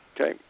Okay